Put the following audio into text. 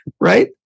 Right